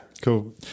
Cool